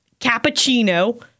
cappuccino